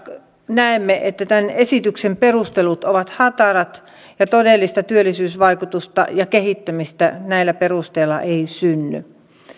näemme että tämän esityksen perustelut ovat hatarat ja todellista työllisyysvaikutusta ja kehittymistä näillä perusteilla ei synny